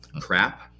crap